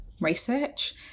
research